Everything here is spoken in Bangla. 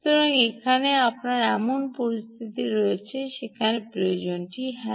সুতরাং এখানে আপনার এমন পরিস্থিতি রয়েছে যেখানে প্রয়োজনটি হ্যাঁ